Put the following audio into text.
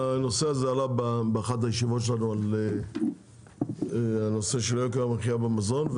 הנושא הזה עלה באחת הישיבות שלנו על הנושא של יוקר המחיה במזון,